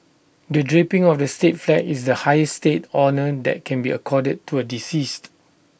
the draping of the state flag is the highest state honour that can be accorded to A deceased